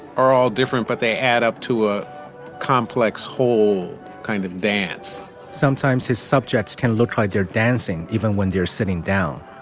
are all different, but they add up to a complex whole kind of dance sometimes his subjects can look like they're dancing even when they are sitting down.